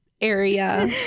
area